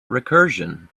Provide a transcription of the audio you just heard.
recursion